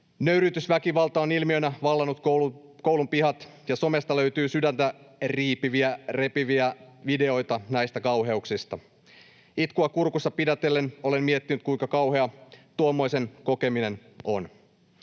Nöyryytysväkivalta on ilmiönä vallannut koulunpihat, ja somesta löytyy sydäntä riipiviä ja repiviä videoita näistä kauheuksista. Itkua kurkussa pidätellen olen miettinyt, kuinka kauheaa tuommoisen kokeminen on.